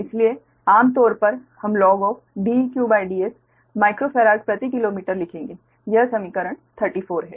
इसलिए आम तौर पर हम logDeqDs माइक्रोफेराड प्रति किलोमीटर लिखेंगे यह समीकरण 34 है